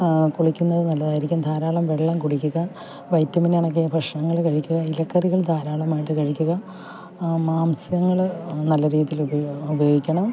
കുളിക്കുന്നത് നല്ലതായിരിക്കും ധാരാളം വെള്ളം കുടിക്കുക വൈറ്റമിൻ അടങ്ങിയ ഭക്ഷണങ്ങൾ കഴിക്കുക ഇലക്കറികൾ ധാരാളമായിട്ട് കഴിക്കുക മാംസങ്ങൾ നല്ല രീതിയിൽ ഉപയോഗിക്കണം